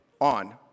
on